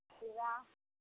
खीरा